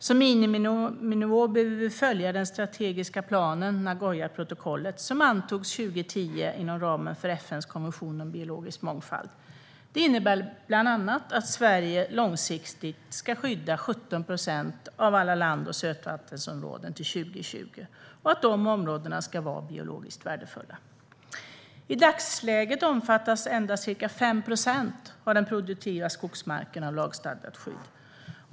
Som miniminivå behöver vi följa den strategiska planen, Nagoyaprotokollet, som antogs 2010 inom ramen för FN:s konvention om biologisk mångfald. Det innebär bland annat att Sverige långsiktigt ska skydda 17 procent av alla land och sötvattensområden till 2020 och att de områdena ska vara biologiskt värdefulla. I dagsläget omfattas endast ca 5 procent av den produktiva skogsmarken av lagstadgat skydd.